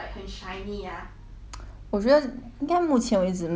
我觉得应该目前为止没有这种东西 bah 但是